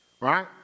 Right